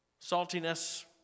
Saltiness